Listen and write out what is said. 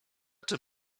czym